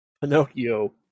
Pinocchio